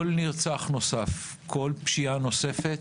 כל נרצח נוסף, כל פשיעה נוספת,